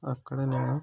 అక్కడ నేను